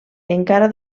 encara